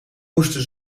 moesten